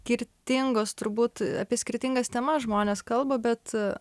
skirtingos turbūt apie skirtingas temas žmonės kalba bet